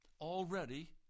Already